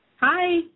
Hi